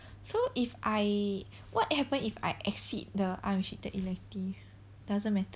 so if I what happen if I exceed the unrestricted elective doesn't matter